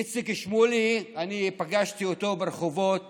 איציק שמולי, אני פגשתי אותו ברחובות